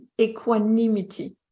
equanimity